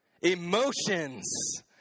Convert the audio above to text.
Emotions